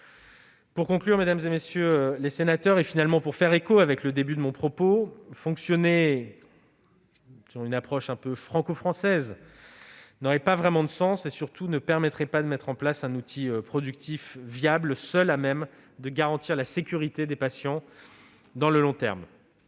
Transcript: Pour conclure, mesdames, messieurs les sénateurs, et faire écho avec le début de mon propos, fonctionner selon une approche franco-française n'aurait pas vraiment de sens, et surtout ne permettrait pas de mettre en place un outil productif viable, seul à même de garantir la sécurité des patients dans le long terme.